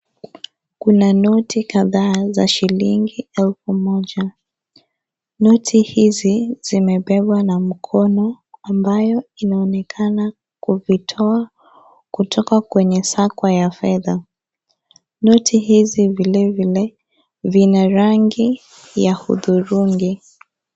Kuna noti kadhaa za shilingi elfu moja . Noti hizi zimebebwa na mkono ambayo inaonekana kuvitoa kutoka kwenye Sacco ya fedha. Noti hizi vilevile vina rangi ya hudhurungi.